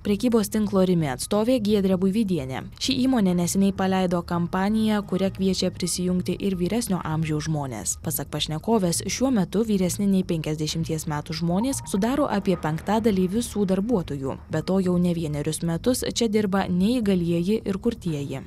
prekybos tinklo rimi atstovė giedrė buivydienė ši įmonė neseniai paleido kampaniją kuria kviečia prisijungti ir vyresnio amžiaus žmones pasak pašnekovės šiuo metu vyresni nei penkiasdešimties metų žmonės sudaro apie penktadalį visų darbuotojų be to jau ne vienerius metus čia dirba neįgalieji ir kurtieji